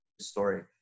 story